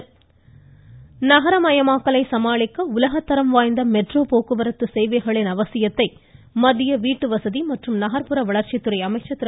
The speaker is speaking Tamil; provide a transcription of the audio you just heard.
ஹர்தீப்சிங் பூரி நகரமயமாக்கலை சமாளிக்க உலகத்தரம் வாய்ந்த மெட்ரோ போக்குவரத்து சேவைகளின் அவசியத்தை மத்திய வீட்டுவசதி மற்றும் நகர்ப்புற வளர்ச்சித்துறை அமைச்சர் திரு